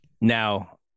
Now